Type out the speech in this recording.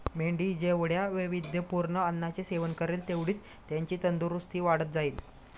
मेंढी जेवढ्या वैविध्यपूर्ण अन्नाचे सेवन करेल, तेवढीच त्याची तंदुरस्ती वाढत जाईल